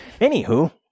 Anywho